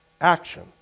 action